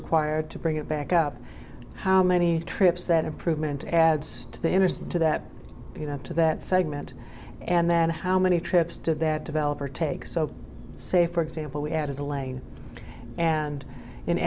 required to bring it back up how many trips that improvement adds to the interest to that you have to that segment and then how many trips to that developer take so say for example we added the lane and